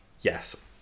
yes